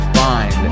find